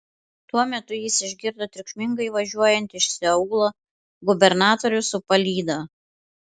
tuo metu jis išgirdo triukšmingai važiuojant iš seulo gubernatorių su palyda